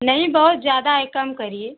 नहीं बहुत ज्यादा है कम करिए